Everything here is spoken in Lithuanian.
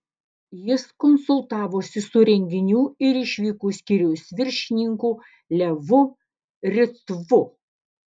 jis konsultavosi su renginių ir išvykų skyriaus viršininku levu ritvu